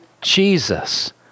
Jesus